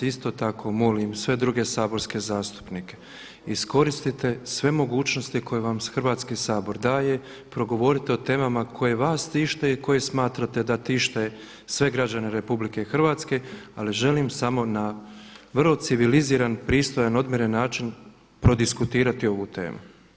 Isto tako tako molim sve druge saborske zastupnike, iskoristite sve mogućnosti koje vam Hrvatski sabor daje, progovorite o temama koje vas tište i koje smatrate da tište sve građane Republike Hrvatske ali želim samo na vrlo civiliziran, pristojan, odmjeren način prodiskutirati ovu temu.